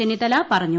ചെന്നിത്തല പറഞ്ഞു